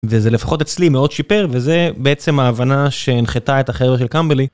וזה לפחות אצלי מאוד שיפר וזה בעצם ההבנה שהנחתה את החבר'ה של קמבלי.